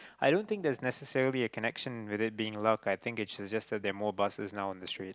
i don't think there's necessarily a connection whether being allowed I think it's just that are more buses now on the street